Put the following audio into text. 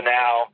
now